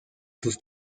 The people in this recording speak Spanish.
sus